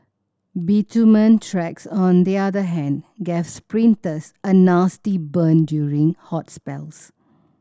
bitumen tracks on the other hand gave sprinters a nasty burn during hot spells